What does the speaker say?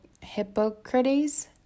Hippocrates